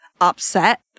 upset